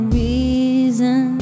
reason